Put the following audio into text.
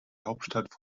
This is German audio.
hauptstadt